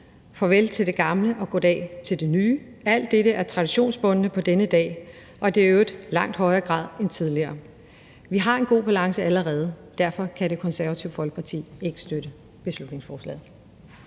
farvel til det gamle og goddag til det nye. Alt dette er traditionsbundet på denne dag – og i øvrigt i langt højere grad end tidligere. Vi har allerede en god balance. Derfor kan Det Konservative Folkeparti ikke støtte beslutningsforslaget.